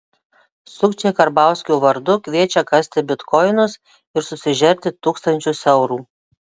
sukčiai karbauskio vardu kviečia kasti bitkoinus ir susižerti tūkstančius eurų